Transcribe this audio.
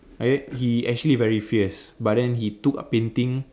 okay he actually very fierce but then he took a painting